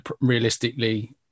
realistically